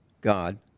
God